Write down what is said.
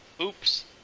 Oops